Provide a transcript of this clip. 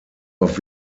auf